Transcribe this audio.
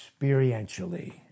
experientially